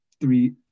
three